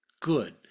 Good